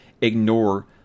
ignore